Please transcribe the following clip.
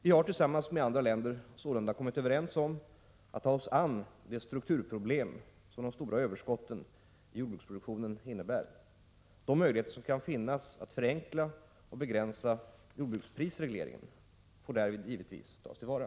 Vi har tillsammans med andra länder sålunda kommit överens om att ta oss an det strukturproblem som de stora överskotten i jordbruksproduktionen innebär. De möjligheter som kan finnas att förenkla och begränsa jordbruksprisregleringen får därvid givetvis tas till vara.